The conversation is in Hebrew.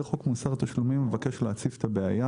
אני מבקש להציף את הבעיה